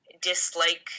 dislike